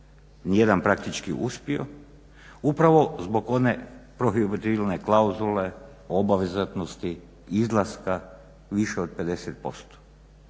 nijedan praktički uspio upravo zbog one prohibitivne klauzule o obvezatnosti izlaska više od 50%.